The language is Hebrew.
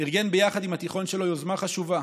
ארגן ביחד עם התיכון שלו יוזמה חשובה,